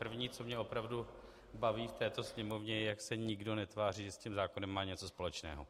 První, co mě opravdu baví v této Sněmovně, je, jak se nikdo netváří, že s tím zákonem má něco společného.